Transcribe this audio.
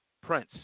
Prince